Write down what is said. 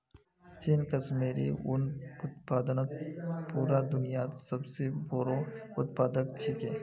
चीन कश्मीरी उन उत्पादनत पूरा दुन्यात सब स बोरो उत्पादक छिके